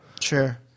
Sure